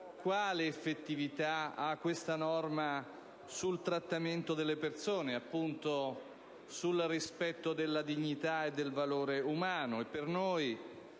quale effettività ha questa norma sul trattamento delle persone e sul rispetto della dignità e del valore umani?